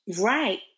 Right